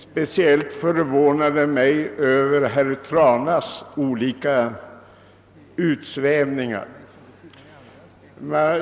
Jag förvånar mig över herr Tranas olika utsvävningar.